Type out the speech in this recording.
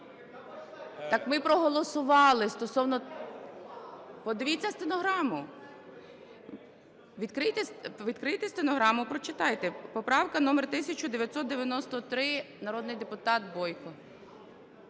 Так ми проголосували стосовно… Подивіться стенограму. Відкрийте стенограму, прочитайте. Поправка номер 1993, народний депутат Бойко.